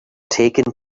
taken